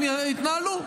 יתנהלו.